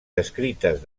descrites